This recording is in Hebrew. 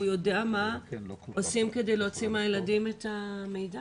הוא יודע מה עושים כדי להוציא מהילדים את המידע.